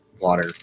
water